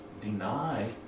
deny